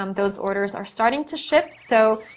um those orders are starting to ship. so,